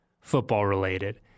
football-related